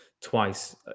twice